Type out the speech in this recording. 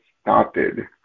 started